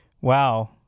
Wow